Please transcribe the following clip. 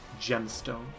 gemstone